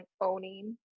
owning